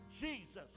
jesus